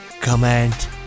comment